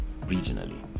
regionally